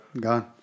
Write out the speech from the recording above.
Gone